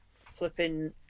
flipping